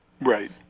right